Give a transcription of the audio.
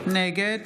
נגד